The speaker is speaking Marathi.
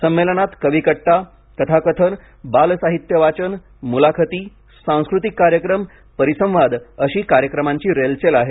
संमेलनात कवी कट्टा कथाकथन बाल साहित्य वाचन मुलाखती सांस्कृतिक कार्यक्रम परिसंवाद अशी कार्यक्रमांची रेलचेल आहे